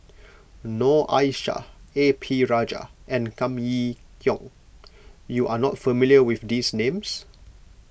Noor Aishah A P Rajah and Kam Kee Yong you are not familiar with these names